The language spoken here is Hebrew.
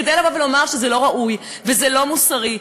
כדי לבוא ולומר שזה לא ראוי וזה לא מוסרי.